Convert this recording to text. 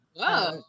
Wow